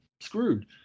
screwed